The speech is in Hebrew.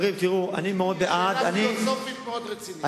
זו שאלה פילוסופית מאוד רצינית.